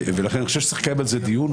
אני חושב שצריך לקיים על זה דיון,